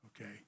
Okay